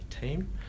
team